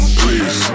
please